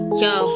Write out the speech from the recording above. yo